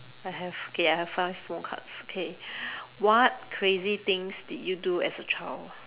I have okay I have five more cards okay what crazy things did you do as a child